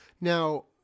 Now